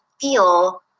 feel